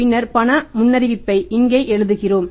பின்னர் பண முன்னறிவிப்பை இங்கே எழுதுகிறோம்